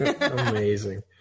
Amazing